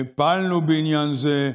פעלנו בעניין זה.